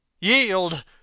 Yield